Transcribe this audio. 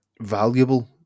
valuable